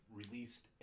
released